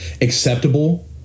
acceptable